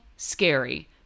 Scary